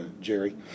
Jerry